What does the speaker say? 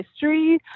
history